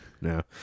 No